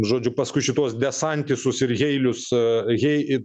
žodžiu paskui šituos desantisus ir heilius a hei į